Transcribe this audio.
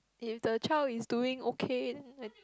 the child is doing okay then